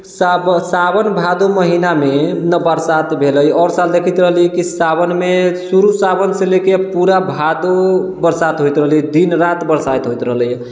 साव साओन भादव महिनामे नहि बरसात भेलै आओर साल देखैत रहली कि साओनमे शुरू साओन से लेके पूरा भादव बरसात होइत रहलै दिन राति बरसात होइत रहलैया